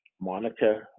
Monica